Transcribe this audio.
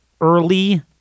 early